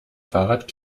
fahrrad